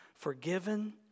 forgiven